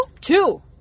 Two